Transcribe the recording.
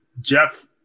Jeff